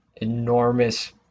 enormous